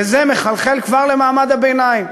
וזה מחלחל כבר למעמד הביניים.